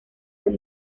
del